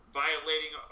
violating